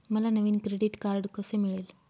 मला नवीन credit card कसे मिळेल?